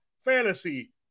Fantasy